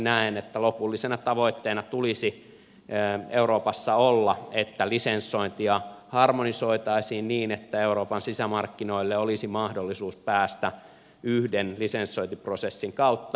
näen että lopullisena tavoitteena tulisi euroopassa olla että lisensointia harmonisoitaisiin niin että euroopan sisämarkkinoille olisi mahdollisuus päästä yhden lisensointiprosessin kautta